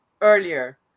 earlier